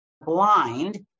blind